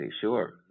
sure